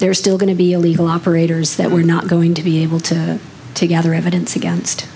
there's still going to be a legal operators that we're not going to be able to to gather evidence against